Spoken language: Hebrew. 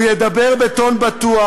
הוא ידבר בטון בטוח,